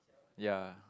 ya